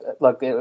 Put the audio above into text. Look